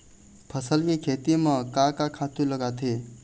पताल के खेती म का का खातू लागथे?